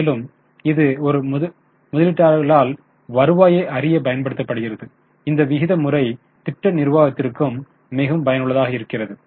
மேலும் இது ஒரு முதலீட்டாளர்களால் வருவாயை அறிய பயன்படுத்தப்படுகிறது இந்த விகித முறை திட்ட நிர்வாகத்திற்கு மிகவும் பயனுள்ளதாக இருக்கிறது